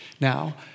now